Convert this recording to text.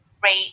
great